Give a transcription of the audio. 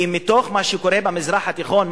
כי מתוך מה שקורה במזרח התיכון,